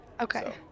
okay